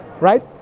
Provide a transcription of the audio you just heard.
right